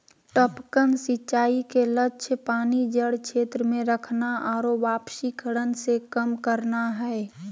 टपकन सिंचाई के लक्ष्य पानी जड़ क्षेत्र में रखना आरो वाष्पीकरण के कम करना हइ